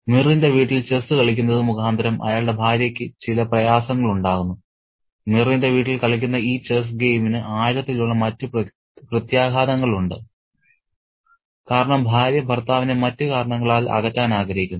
മിറിന്റെ വീട്ടിൽ ചെസ്സ് കളിക്കുന്നത് മുഖാന്തരം അയാളുടെ ഭാര്യക്ക് ചില പ്രയാസങ്ങൾ ഉണ്ടാകുന്നു മിറിന്റെ വീട്ടിൽ കളിക്കുന്ന ഈ ചെസ്സ് ഗെയിമിന് ആഴത്തിലുള്ള മറ്റ് പ്രത്യാഘാതങ്ങൾ ഉണ്ട് കാരണം ഭാര്യ ഭർത്താവിനെ മറ്റ് കാരണങ്ങളാൽ അകറ്റാൻ ആഗ്രഹിക്കുന്നു